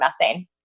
methane